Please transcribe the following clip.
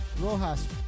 Rojas